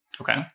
Okay